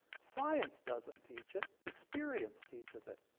science doesn't teach it experience teaches it.